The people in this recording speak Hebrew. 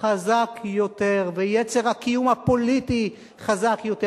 חזק יותר, ויצר הקיום הפוליטי חזק יותר.